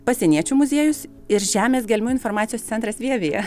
pasieniečių muziejus ir žemės gelmių informacijos centras vievyje